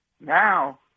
Now –